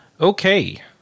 Okay